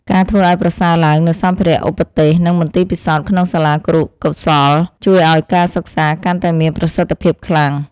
ការធ្វើឱ្យប្រសើរឡើងនូវសម្ភារៈឧបទេសនិងមន្ទីរពិសោធន៍ក្នុងសាលាគរុកោសល្យជួយឱ្យការសិក្សាកាន់តែមានប្រសិទ្ធភាពខ្លាំង។